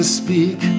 speak